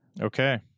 Okay